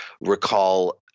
recall